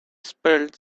spelled